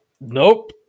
Nope